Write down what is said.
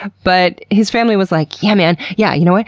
but his family was like, yeah man, yeah. you know what?